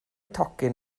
tocyn